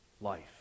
life